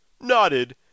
nodded